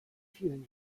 vielen